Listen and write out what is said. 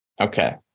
Okay